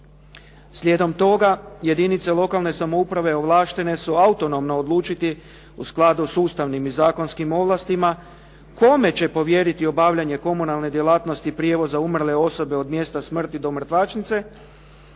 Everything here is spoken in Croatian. Slijedom toga jedince lokalne samouprave ovlaštene su autonomno odlučiti u skladu sa ustavnim i zakonskim ovlastima kome će povjeriti obavljanje komunalne djelatnosti prijevoza umrle osobe od mjesta smrti do mrtvačnice